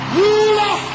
ruler